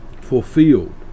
fulfilled